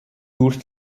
durch